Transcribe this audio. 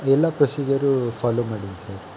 ಎಲ್ಲ ಪ್ರೊಸೀಜರೂ ಫಾಲೋ ಮಾಡಿದೀನಿ ಸರ್